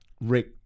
Rick